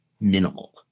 minimal